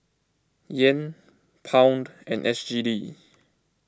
Yen Pound and S G D